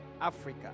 Africa